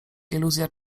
iluzja